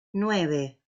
nueve